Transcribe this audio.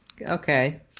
Okay